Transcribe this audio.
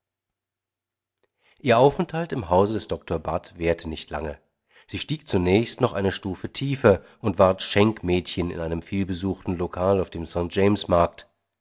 ihr aufenthalt im hause des dr budd währte nicht lange sie stieg zunächst noch eine stufe tiefer und ward schenkmädchen in einem vielbesuchten lokal auf dem st